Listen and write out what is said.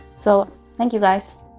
so thank you, guys.